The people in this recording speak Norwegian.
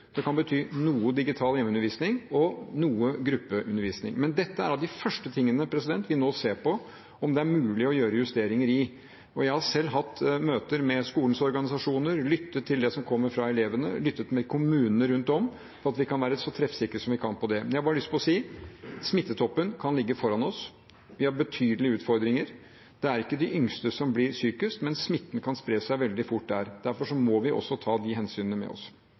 Det betyr ikke stengte skoler, det kan bety noe digital hjemmeundervisning og noe gruppeundervisning. Dette er av de første tingene vi nå ser på om det er mulig å gjøre justeringer i. Jeg har selv hatt møter med skolenes organisasjoner, lyttet til det som kommer fra elevene, lyttet til kommunene rundt om, for at vi kan være så treffsikre som vi kan på det. Jeg har bare lyst til å si at smittetoppen kan ligge foran oss. Vi har betydelige utfordringer. Det er ikke de yngste som blir sykest, men smitten kan spre seg veldig fort der, derfor må vi også ta de hensynene med oss.